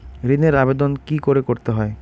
ঋণের আবেদন কি করে করতে হয়?